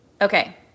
Okay